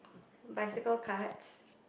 bicycle cards